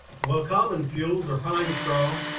well common fuels are pine straw,